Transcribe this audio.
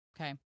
Okay